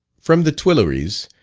from the tuileries,